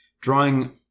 drawing